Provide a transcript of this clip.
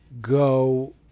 go